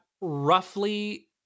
roughly